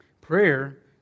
prayer